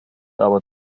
aber